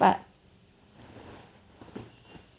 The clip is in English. but